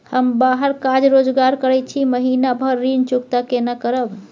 हम बाहर काज रोजगार करैत छी, महीना भर ऋण चुकता केना करब?